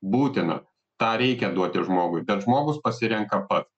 būtina tą reikia duoti žmogui bet žmogus pasirenka pat